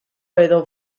edo